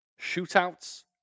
Shootouts